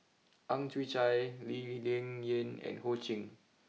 Ang Chwee Chai Lee Ling Yen and Ho Ching